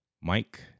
Mike